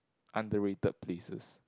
underrated places